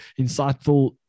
insightful